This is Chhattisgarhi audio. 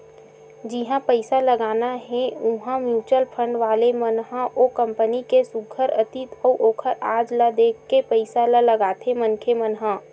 जिहाँ पइसा लगाना हे उहाँ म्युचुअल फंड वाले मन ह ओ कंपनी के सुग्घर अतीत अउ ओखर आज ल देख के पइसा ल लगाथे मनखे मन ह